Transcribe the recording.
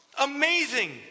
amazing